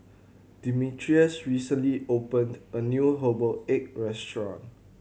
Demetrius recently opened a new herbal egg restaurant